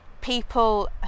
people